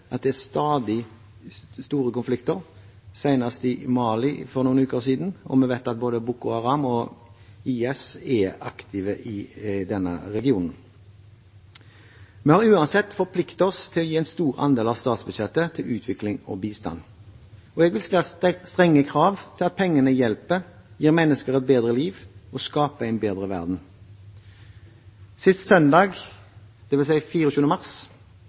nyhetsbildet at det stadig er store konflikter, senest i Mali for noen uker siden, og vi vet at både Boko Haram og IS er aktive i denne regionen. Vi har uansett forpliktet oss til å gi en stor andel av statsbudsjettet til utvikling og bistand. Jeg vil stille strenge krav til at pengene hjelper, gir mennesker et bedre liv og skaper en bedre verden. Sist søndag, dvs. 24. mars,